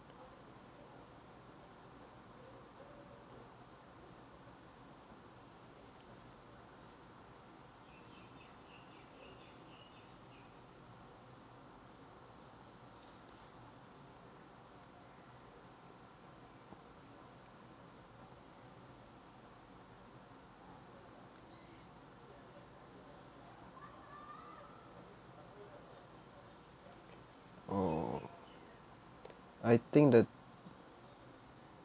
oh I think the